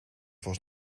was